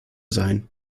sein